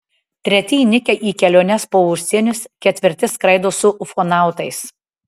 treti įnikę į keliones po užsienius ketvirti skraido su ufonautais